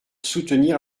soutenir